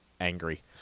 Angry